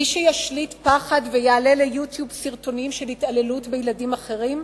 מי שישליט פחד ויעלה ל-YouTube סרטונים של התעללות בילדים אחרים,